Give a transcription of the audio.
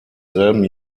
selben